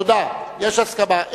תודה, יש הסכמה.